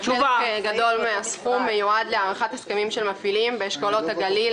חלק גדול מהסכום מיועד להארכת הסכמים של מפעילים באשכולות הגליל,